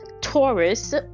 Taurus